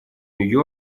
нью